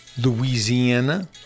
Louisiana